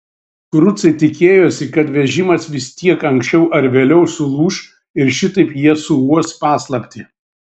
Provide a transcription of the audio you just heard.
kurucai tikėjosi kad vežimas vis tiek anksčiau ar vėliau sulūš ir šitaip jie suuos paslaptį